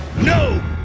no,